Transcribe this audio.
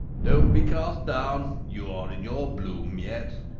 don't be cast down you are in your bloom yet.